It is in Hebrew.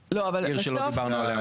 עיר שלא דיברנו עליה מזמן.